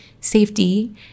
safety